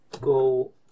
go